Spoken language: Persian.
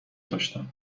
داشتم